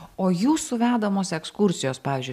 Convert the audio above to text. o jūsų vedamos ekskursijos pavyzdžiui